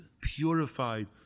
purified